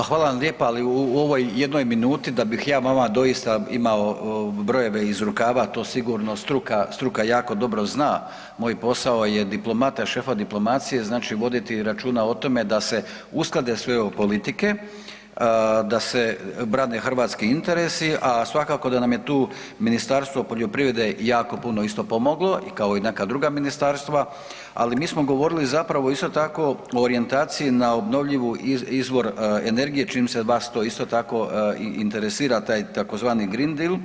Pa hvala vam lijepa, ali u ovoj jednoj minuti da bih ja vama doista imao brojeve iz rukava, to sigurno struka, struka jako dobro zna moj posao je diplomata, šefa diplomacije, znači voditi računa o tome da se usklade sve ove politike, da se brane hrvatski interesi, a svakako da nam je tu Ministarstvo poljoprivrede jako puno isto pomoglo, kao i neka druga ministarstva ali mi smo govorili zapravo o isto tako, o orijentaciji na obnovljivu izvor energije, čim se vas to isto tako i interesira, taj tzv. Green Deal,